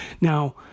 Now